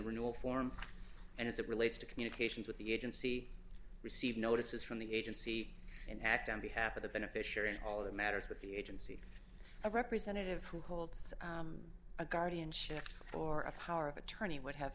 renewal form and as it relates to communications with the agency receive notices from the agency and act on behalf of the beneficiary and all that matters with the agency a representative who holds a guardianship or a power of attorney would have